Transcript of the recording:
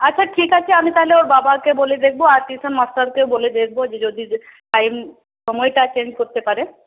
আচ্ছা ঠিক আছে আমি তাহলে ওর বাবাকে বলে দেখবো আর টিউশন মাস্টারকেও বলে দেখবো যে যদি টাইম সময়টা চেঞ্জ করতে পারে